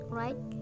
right